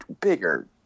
bigger